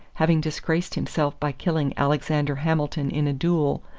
having disgraced himself by killing alexander hamilton in a duel,